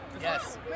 Yes